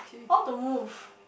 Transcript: how to move